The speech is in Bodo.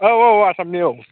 औ औ आसामनि औ